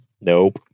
nope